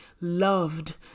loved